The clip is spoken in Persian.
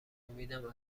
امیدم